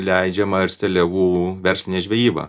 leidžiama ir seliavų verslinė žvejyba